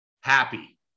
happy